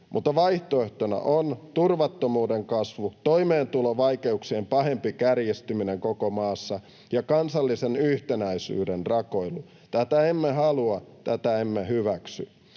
vaihtoehtona on turvattomuuden kasvu, toimeentulovaikeuksien pahempi kärjistyminen koko maassa ja kansallisen yhtenäisyyden rakoilu. Tätä emme halua, tätä emme hyväksy.